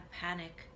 panic